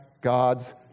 God's